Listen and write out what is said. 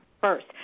first